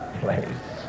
place